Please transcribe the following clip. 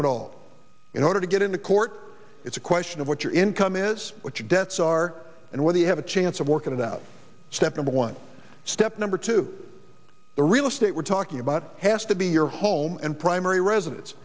change at all in order to get into court it's a question what your income is what your debts are and whether you have a chance of working it out step number one step number two the real estate we're talking about has to be your home and primary residence